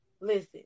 listen